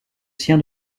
sien